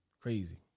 crazy